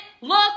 look